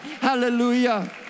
Hallelujah